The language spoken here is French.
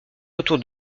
autour